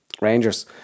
Rangers